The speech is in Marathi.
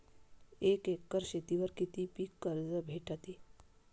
एक एकर शेतीवर किती पीक कर्ज भेटते?